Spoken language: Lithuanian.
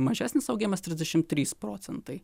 mažesnis augimas trisdešimt trys procentai